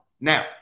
Now